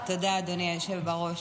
אדוני היושב-ראש.